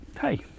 hey